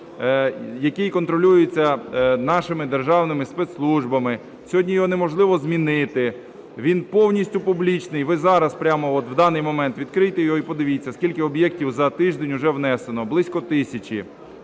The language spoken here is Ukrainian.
який контролюється нашими державними спецслужбами. Сьогодні його неможливо змінити, він повністю публічний. Ви зараз, прямо в даний момент відкрийте його і подивіться, скільки об'єктів за тиждень уже внесено, близько тисячі: